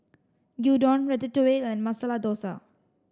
Gyudon Ratatouille and Masala Dosa